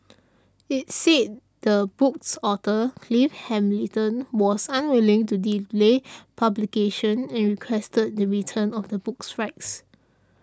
it said the book's author Clive Hamilton was unwilling to delay publication and requested the return of the book's rights